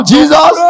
Jesus